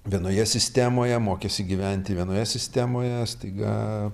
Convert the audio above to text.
vienoje sistemoje mokėsi gyventi vienoje sistemoje staiga